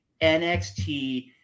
NXT